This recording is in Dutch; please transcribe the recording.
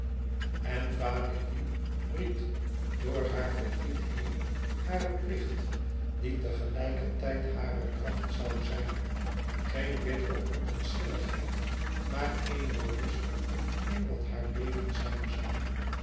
en valérie ried door haar verdriet heen haren plicht die tegelijkertijd hare kracht zoû zijn geen bittere onverschilligheid maar eene berusting in wat haar leven zijn zoû